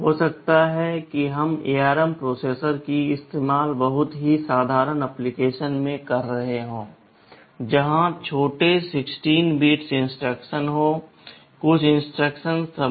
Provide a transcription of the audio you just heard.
हो सकता है कि हम ARM प्रोसेसर का इस्तेमाल बहुत ही साधारण एप्लिकेशन में कर रहे हों जहां छोटे 16 बिट इंस्ट्रक्शन हों कुछ इंस्ट्रक्शन सब्मिट